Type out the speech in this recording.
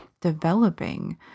developing